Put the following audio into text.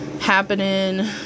Happening